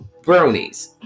bronies